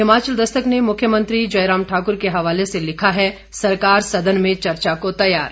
हिमाचल दस्तक ने मुख्यमंत्री जयराम ठाकर के हवाले से लिखा है सरकार सदन में चर्चा को तैयार